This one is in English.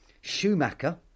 Schumacher